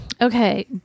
Okay